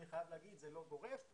אני חייב לומר שזה לא באופן גורף,